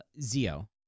Zio